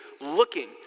looking